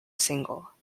single